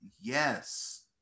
yes